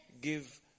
Give